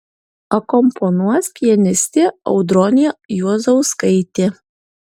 akompanuos pianistė audronė juozauskaitė